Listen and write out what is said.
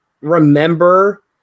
remember